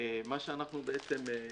מה שאנחנו ביקשנו,